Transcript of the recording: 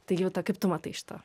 tai juta kaip tu matai šitą